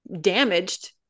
damaged